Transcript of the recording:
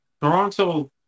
Toronto